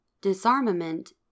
Disarmament